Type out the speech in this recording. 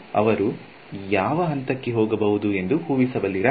ಅವರು ಯಾವ ಹಂತಕ್ಕೆ ಹೋಗಬಹುದು ಎಂದು ಊಹಿಸಬಲ್ಲಿರಾ